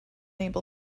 able